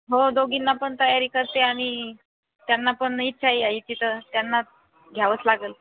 हो दोघींना पण तयारी करते आणि त्यांना पण इच्छा आहे यायची तर त्यांना घ्यावंच लागंल